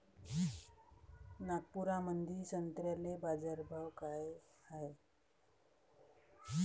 नागपुरामंदी संत्र्याले बाजारभाव काय हाय?